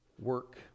work